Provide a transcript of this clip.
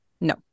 No